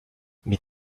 mes